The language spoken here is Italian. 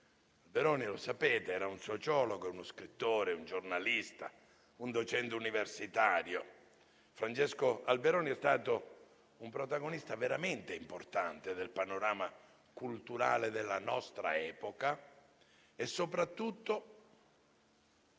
Alberoni. Come sapete, egli era un sociologo, uno scrittore, un giornalista, un docente universitario. Francesco Alberoni è stato un protagonista veramente importante del panorama culturale della nostra epoca e soprattutto